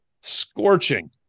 scorching